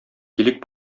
килик